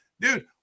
dude